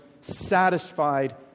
satisfied